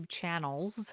channels